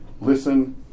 listen